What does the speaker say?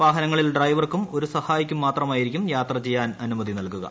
വാഹനങ്ങളിൽ ഡ്രൈവർക്കും ഒരു സഹായിക്കും മാത്രമായിരിക്കും യാത്ര ചെയ്യാൻ അനുമതി നൽകുക